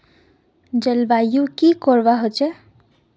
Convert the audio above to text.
जलवायु की करवा होचे?